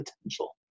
potential